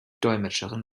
dolmetscherin